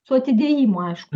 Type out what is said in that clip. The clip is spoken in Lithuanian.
su atidėjimu aišku